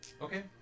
Okay